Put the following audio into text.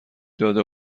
داده